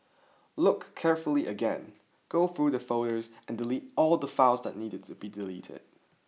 look carefully again go through the folders and delete all the files that needed to be deleted